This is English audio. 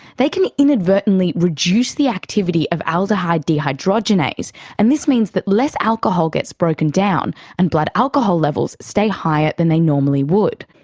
they can inadvertently reduce the activity of aldehyde dehydrogenase, and this means that less alcohol gets broken down and blood alcohol levels stay higher than they normally would.